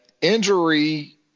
injury